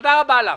תודה רבה לך.